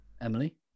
Emily